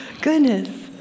goodness